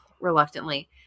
reluctantly